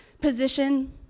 position